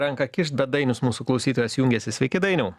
ranką kišt bet dainius mūsų klausytojas jungiasi sveiki dainiau